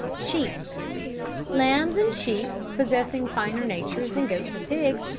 sheep lambs and sheep, possessing finer natures than goats and pigs,